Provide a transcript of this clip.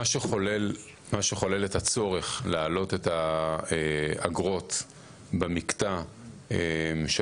מה שחולל את הצורך להעלות את האגרות במקטע של